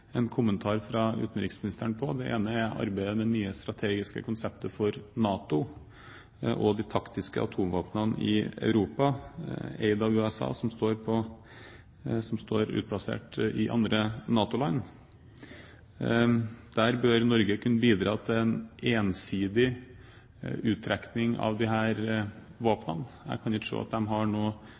en kommentar fra utenriksministeren på. Det ene er arbeidet med det nye strategiske konseptet for NATO og de taktiske atomvåpnene i Europa, eid av USA, som står utplassert i andre NATO-land. Der bør Norge kunne bidra til en ensidig uttrekning av disse våpnene. Jeg kan ikke se at de har